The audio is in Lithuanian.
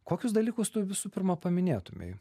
kokius dalykus tu visų pirma paminėtumei